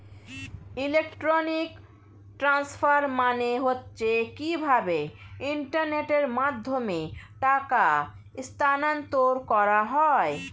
electronic transfer মানে হচ্ছে কিভাবে ইন্টারনেটের মাধ্যমে টাকা স্থানান্তর করা হয়